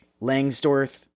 Langsdorff